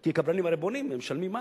כי קבלנים הרי בונים ומשלמים מס.